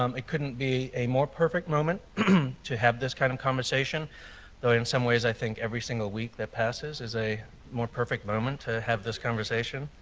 um it couldn't be a more perfect moment to have this kind of conversation but so in some ways i think every single week that passes is a more perfect moment to have this conversation.